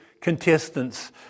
contestant's